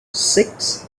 six